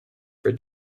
for